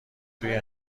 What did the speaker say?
توی